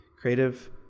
creative